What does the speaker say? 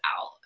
out